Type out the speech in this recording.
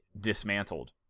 dismantled